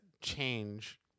change